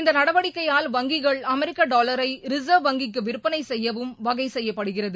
இந்த நடவடிக்கையால் வங்கிகள் அமெரிக்க டாலரை ரிசா்வ் வங்கிக்கு விற்பனை செய்யவும் வகை செய்யப்படுகிறது